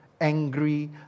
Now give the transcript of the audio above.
angry